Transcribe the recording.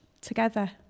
together